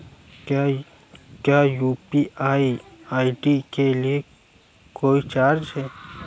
क्या UPI ID के लिए कोई चार्ज है?